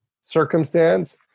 circumstance